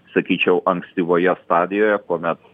sakyčiau ankstyvoje stadijoje kuomet